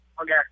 Okay